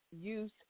use